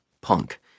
punk